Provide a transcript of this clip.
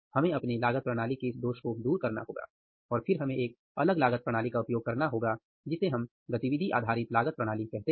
हमें अपने लागत प्रणाली की इस दोष को दूर करना होगा और फिर हमें एक अलग लागत प्रणाली का उपयोग करना होगा जिसे हम गतिविधि आधारित लागत कहते हैं